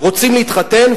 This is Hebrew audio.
רוצים להתחתן,